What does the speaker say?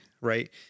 right